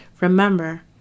Remember